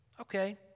okay